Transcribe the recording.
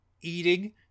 eating